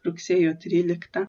rugsėjo tryliktą